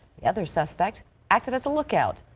the other suspect acted as a lookout.